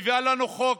מביאה לנו חוק,